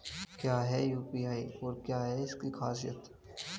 क्या है यू.पी.आई और क्या है इसकी खासियत?